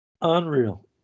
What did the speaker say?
Unreal